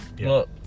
Look